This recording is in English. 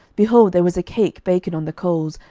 behold, there was a cake baken on the coals,